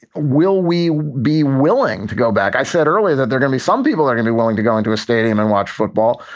will we be willing to go back? i said earlier that there are gonna be some people are gonna be willing to go into a stadium and watch football.